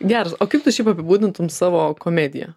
gers o kaip tu šiaip apibūdintum savo komediją